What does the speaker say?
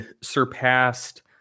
surpassed